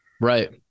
Right